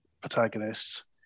protagonists